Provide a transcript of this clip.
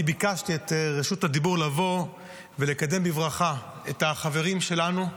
אני ביקשתי את רשות הדיבור כדי לבוא ולקדם בברכה את החברים שלנו,